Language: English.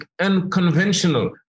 unconventional